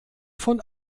von